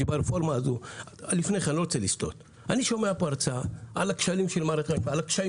אני שומע פה הרצאה על הכשלים והקשיים